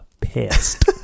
pissed